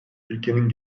ülkenin